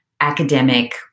academic